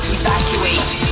evacuate